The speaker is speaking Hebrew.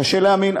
קשה להאמין,